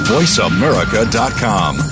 VoiceAmerica.com